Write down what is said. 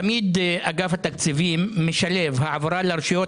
תמיד אגף התקציבים משלב העברה לרשויות